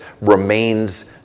remains